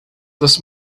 this